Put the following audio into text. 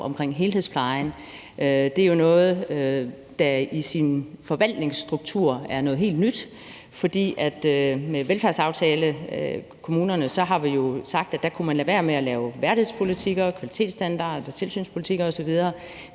om helhedsplejen, er noget, der i sin forvaltningsstruktur er noget helt nyt. For med velfærdsaftalekommunerne har vi sagt, at man kunne lade være med at lave værdighedspolitikker, kvalitetsstandarder og tilsynspolitikker osv.,